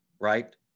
Right